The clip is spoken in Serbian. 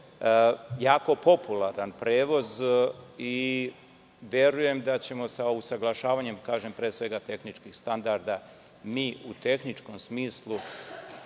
jako popularan prevoz i verujem da ćemo sa usaglašavanjem pre svega tehničkih standarda, mi u tehničkom smislu